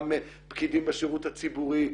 גם פקידים בשירות הציבורי.